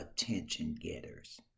attention-getters